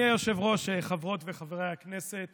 חברות וחברי הכנסת